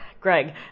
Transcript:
greg